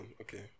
okay